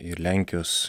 ir lenkijos